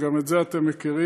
וגם את זה אתם מכירים,